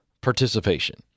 participation